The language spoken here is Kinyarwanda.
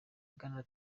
bwana